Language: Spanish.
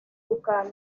ducal